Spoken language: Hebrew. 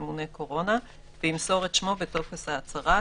ממונה קורונה) וימסור את שמו בטופס ההצהרה,